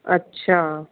अच्छा